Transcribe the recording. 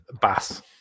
Bass